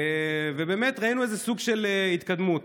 באמת ראינו סוג של התקדמות.